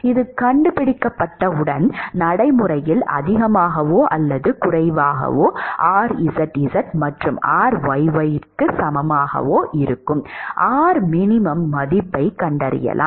இது கண்டுபிடிக்கப்பட்டவுடன் நடைமுறையில் அதிகமாகவோ அல்லது குறைவாகவோ rzz மற்றும் ryy க்கு சமமாக இருக்கும் r குறைந்தபட்ச மதிப்பைக் கண்டறியலாம்